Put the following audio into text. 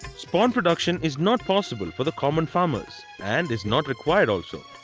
spawn production is not possible for the common farmers and is not required also.